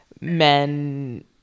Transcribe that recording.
men